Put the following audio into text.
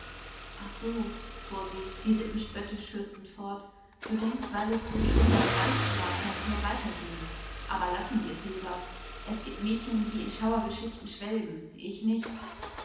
ach so fuhr sie die lippen spöttisch schürzend fort du denkst weil ich so schon beim beichten war kann's nun weiter gehen aber lassen wir's lieber er gibt mädchen die in schauergeschichten schwelgen ich nicht